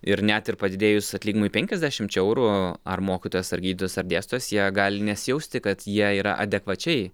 ir net ir padidėjus atlyginimui penkiasdešimčia eurų ar mokytojas ar gydytojas ar dėstojas jie gali nesijausti kad jie yra adekvačiai